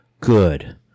Good